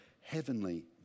heavenly